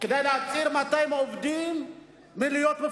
כדי להציל 200 עובדים מפיטורים,